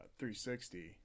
360